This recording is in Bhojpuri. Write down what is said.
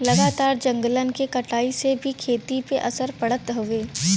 लगातार जंगलन के कटाई से भी खेती पे असर पड़त हउवे